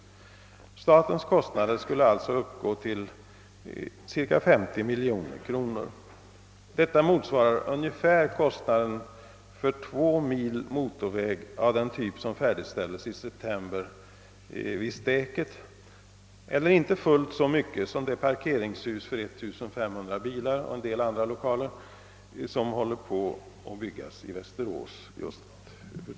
Statens kostnader skulle alltså uppgå till cirka 50 miljoner kronor. Detta motsvarar ungefär priset på två mil motorväg av den typ som färdigställdes i september vid Stäket eller inte fullt så mycket som kostnaden för det parkeringshus med plats för 1500 bilar och en del andra lokaler som nu håller på att byggas i Västerås.